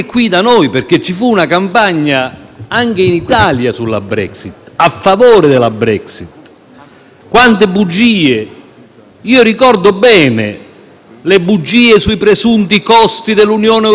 Quante bugie. Ricordo bene le bugie sui presunti costi dell'Unione europea, le bugie sull'invasione di immigrati nel Regno Unito,